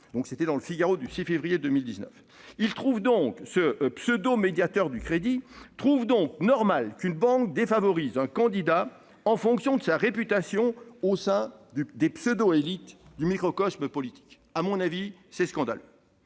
c'est une autre chose. » Ce pseudo-médiateur du crédit trouve donc normal qu'une banque défavorise un candidat en fonction de sa réputation au sein des pseudo-élites du microcosme politique. À mon avis, c'est scandaleux.